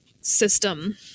system